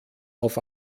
auf